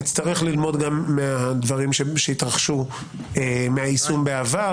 נצטרך ללמוד גם מהדברים שהתרחשו מהיישום בעבר,